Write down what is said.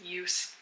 use